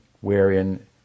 wherein